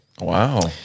Wow